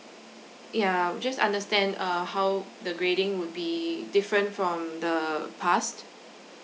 yeah just understand uh how the grading would be different from the past